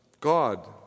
God